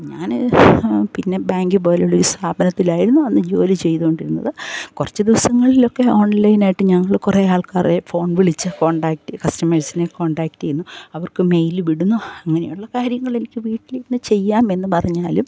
ഞാൻ പിന്നെ ബാങ്ക് പോലുള്ള ഒരു സ്ഥാപനത്തിലായിരുന്നു അന്ന് ജോലി ചെയ്തുകൊണ്ടിരുന്നത് കുറച്ച് ദിവസങ്ങളിലൊക്കെ ഓൺലൈൻ ആയിട്ട് ഞങ്ങൾ കുറേ ആൾക്കാരെ ഫോൺ വിളിച്ച് കോൺടാക്റ്റ് കസ്റ്റമേഴ്സിനെ കോൺടാക്റ്റ് ചെയ്യുന്നു അവർക്ക് മെയില് വിടുന്നു അങ്ങനെയുള്ള കാര്യങ്ങൾ എനിക്ക് വീട്ടിലിരുന്ന് ചെയ്യാമെന്ന് പറഞ്ഞാലും